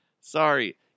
Sorry